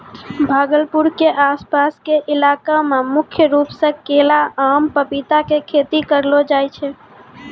भागलपुर के आस पास के इलाका मॅ मुख्य रूप सॅ केला, आम, पपीता के खेती करलो जाय छै